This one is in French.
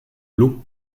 l’eau